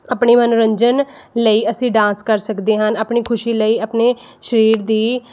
ਆਪਣੇ ਮਨੋਰੰਜਨ ਲਈ ਅਸੀਂ ਡਾਂਸ ਕਰ ਸਕਦੇ ਹਨ ਆਪਣੀ ਖੁਸ਼ੀ ਲਈ ਆਪਣੇ ਸਰੀਰ ਦੀ